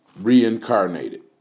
reincarnated